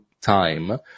time